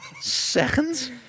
Seconds